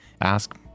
Ask